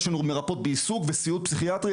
יש לנו מרפאות בעיסוק וסיעוד פסיכיאטרי.